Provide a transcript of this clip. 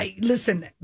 listen